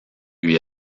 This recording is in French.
lui